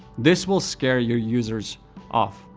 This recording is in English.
this will scare your users off.